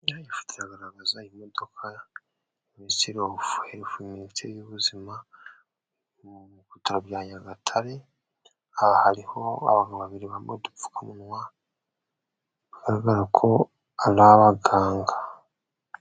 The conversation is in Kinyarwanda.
Iifoto iragaragaza imodoka ministry of heath ministery y'ubuzima mu bitaro bya nyagatare aha hariho abantu ba biri bambaye udupfukamunwa bagaragara ko ari abaganga.